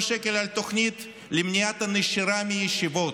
שקל לתוכנית למניעת הנשירה מהישיבות,